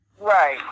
Right